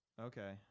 Okay